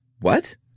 What